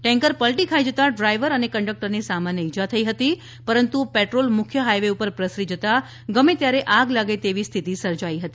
tanker પલટી ખાઇ જતાં ડ્રાઇવર અને કંડકટર ને સામાન્ય ઇજા થઇ હતી પરંતુ પેટ્રોલ મુખ્ય હાઇ વે પર પ્રસરી જતાં ગમે ત્યારે આગ લાગે તેવી સ્થિતિ સર્જાઇ હતી